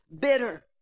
bitter